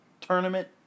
tournament